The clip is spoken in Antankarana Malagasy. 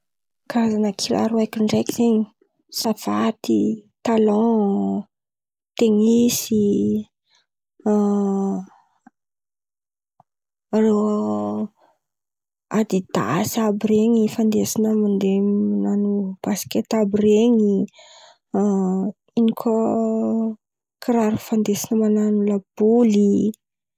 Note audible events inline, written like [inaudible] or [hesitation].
Karazan̈a kiraro haiko ndraiky zen̈y: savaty, talon, tenisy, [hesitation] ro adidasy àby ren̈y fandesina mandeha man̈ano basikety àby ren̈y [hesitation] ino koa kiraro fandesinaman̈ano laboly.